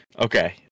Okay